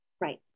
Right